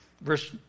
verse